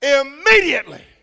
immediately